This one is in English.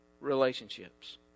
relationships